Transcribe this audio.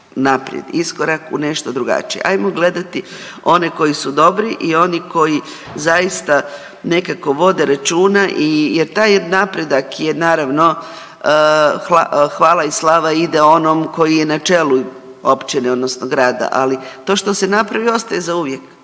naprijed. Iskorak u nešto drugačije, ajmo gledati one koji su dobri i oni koji zaista nekako vode računa i jer taj napredak je naravno, hvala i slava ide onom koji je na čelu općine odnosno grada, ali to što se napravi ostaje zauvijek.